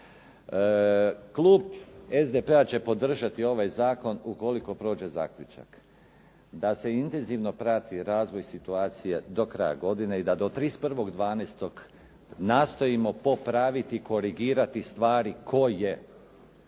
Klub SDP-a će podržati ovaj zakon ukoliko prođe zaključak da se intenzivno prati razvoj situacije do kraja godine i da do 31.12. nastojimo popraviti, korigirati stvari koje će